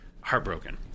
Heartbroken